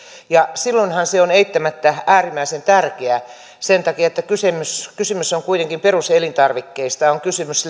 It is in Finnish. ja silloinhan se on eittämättä äärimmäisen tärkeää sen takia että kysymys kysymys on kuitenkin peruselintarvikkeista on kysymys